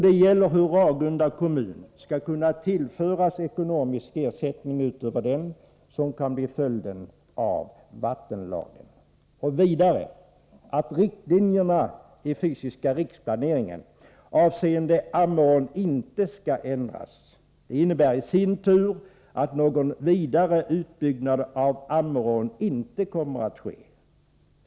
Det gäller hur Ragunda kommun skall kunna tillföras ekonomisk ersättning utöver den som kan bli följden av vattenlagen. Ytterligare skäl för tillstyrkande av propositionen är att riktlinjerna i den fysiska riksplaneringen avseende Ammerån inte skall ändras. Det innebär i sin tur att någon vidare utbyggnad av Ammerån inte kommer att ske.